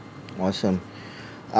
awesome